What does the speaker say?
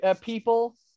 people